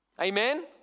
Amen